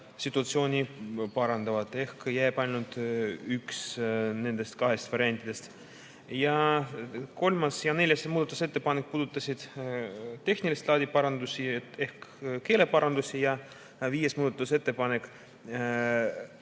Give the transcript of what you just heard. situatsiooni parandavad ehk jääb ainult üks nendest kahest variandist. Kolmas ja neljas muudatusettepanek olid tehnilist laadi parandused ehk keeleparandused ja viies muudatusettepanek